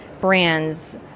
brands